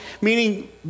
meaning